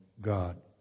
God